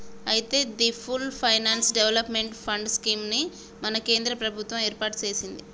అయితే the full finance development fund scheme ని మన కేంద్ర ప్రభుత్వం ఏర్పాటు సెసింది